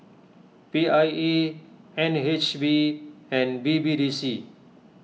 P I E N H B and B B D C